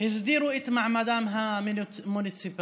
הסדירו את מעמדן המוניציפלי,